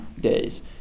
days